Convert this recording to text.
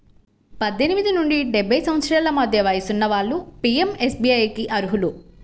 పద్దెనిమిది నుండి డెబ్బై సంవత్సరాల మధ్య వయసున్న వాళ్ళు పీయంఎస్బీఐకి అర్హులు